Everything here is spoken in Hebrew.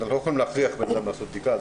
ואנחנו לא יכולים להכריח אדם לעשות בדיקה,